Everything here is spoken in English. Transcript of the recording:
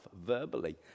verbally